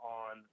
on